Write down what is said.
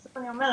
לכן אני אומרת,